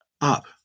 up